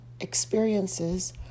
experiences